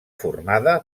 formada